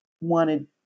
wanted